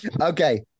Okay